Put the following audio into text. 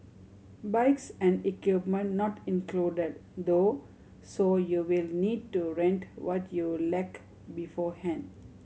bikes and equipment not included though so you'll need to rent what you lack beforehand